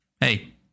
Hey